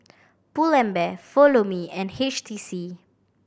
Pull and Bear Follow Me and H T C